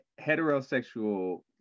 heterosexual